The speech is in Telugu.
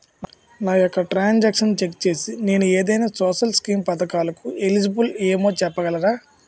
నా యెక్క ట్రాన్స్ ఆక్షన్లను చెక్ చేసి నేను ఏదైనా సోషల్ స్కీం పథకాలు కు ఎలిజిబుల్ ఏమో చెప్పగలరా?